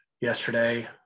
yesterday